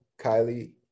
Kylie